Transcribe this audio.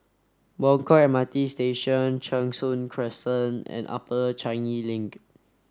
Buangkok M R T Station Cheng Soon Crescent and Upper Changi Link